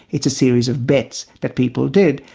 it's a series of bets that people did,